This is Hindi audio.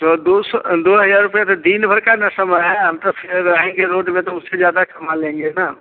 तो दो सौ दो हज़ार रुपया तो दिन भर का न समय है हम तो फिर रहेंगे रोड में तो उससे ज़्यादा कमा लेंगे न